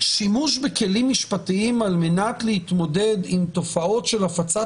שימוש בכלים משפטיים על-מנת להתמודד עם תופעות של הפצת